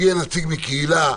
שיהיה נציג מהקהילה,